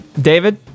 David